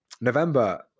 November